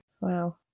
Wow